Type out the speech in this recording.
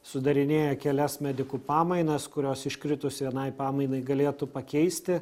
sudarinėja kelias medikų pamainas kurios iškritus vienai pamainai galėtų pakeisti